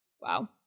Wow